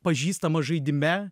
pažįstamas žaidime